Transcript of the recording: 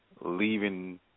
leaving